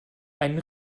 einen